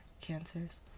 Cancers